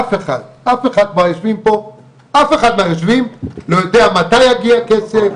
אף אחד מהיושבים פה לא יודע מתי יגיע הכסף,